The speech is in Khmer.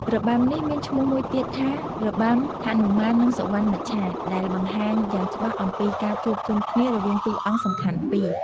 របាំនេះមានឈ្មោះមួយទៀតថា របាំហនុមាននិងសុវណ្ណមច្ឆា ដែលបង្ហាញយ៉ាងច្បាស់អំពីការជួបជុំគ្នារវាងតួអង្គសំខាន់ពីរ។